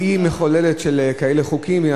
והיא מחוללת של חוקים כאלה.